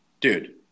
dude